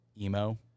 emo